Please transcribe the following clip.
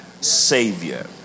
Savior